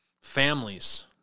families